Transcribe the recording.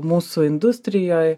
mūsų industrijoj